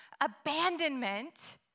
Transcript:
abandonment